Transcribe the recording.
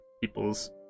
people's